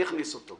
אני אכניס אותו.